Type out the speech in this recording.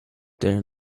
there